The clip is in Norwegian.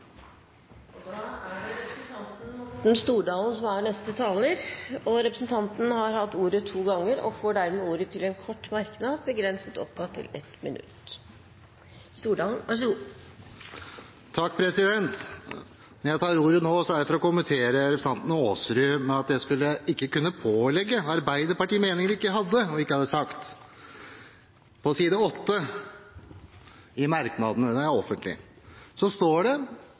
Representanten Morten Stordalen har hatt ordet to ganger tidligere og får ordet til en kort merknad, begrenset til 1 minutt. Når jeg tar ordet nå, er det for å kommentere det representanten Aasrud sa om at jeg ikke kunne tillegge Arbeiderpartiet meninger de ikke hadde. På side 4 i innstillingen – det er offentlig – står det